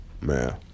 Man